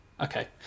Okay